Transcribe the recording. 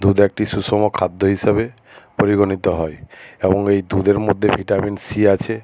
দুধ একটি সুষম খাদ্য হিসেবে পরিগণিত হয় এবং এই দুধের মধ্যে ভিটামিন সি আছে